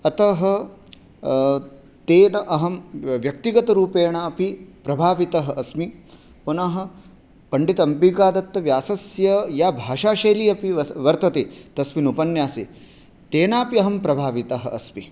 अतः तेन अहं व्यक्तिगतरूपेणापि प्रभावितः अस्मि पुनः पण्डित अम्बिकादत्तव्यासस्य या भाषाशैली अपि वर्तते तस्मिन् उपन्यासे तेनापि अहं प्रभावितः अस्मि